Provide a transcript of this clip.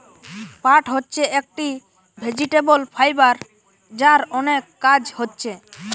পাট হচ্ছে একটি ভেজিটেবল ফাইবার যার অনেক কাজ হচ্ছে